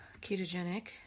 ketogenic